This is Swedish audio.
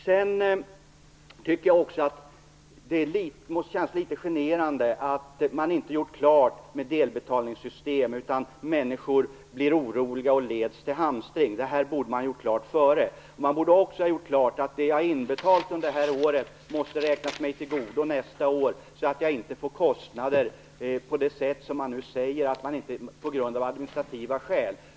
Det måste kännas litet generande att det inte är klart med delbetalningssystem, utan att människor blir oroliga och leds till hamstring. Det här borde man ha gjort klart i förväg. Man borde också ha klargjort att det som människor inbetalt under detta år måste räknas dem till godo nästa år, så att de inte får kostnader av administrativa skäl.